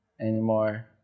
anymore